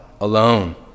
alone